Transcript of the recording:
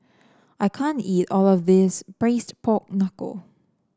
I can't eat all of this Braised Pork Knuckle